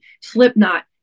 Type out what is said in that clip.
Slipknot